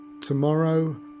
Tomorrow